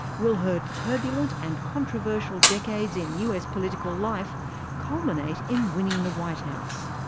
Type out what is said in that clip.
will her turbulent and controversial decades in us political life culminate in winning the white house?